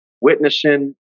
witnessing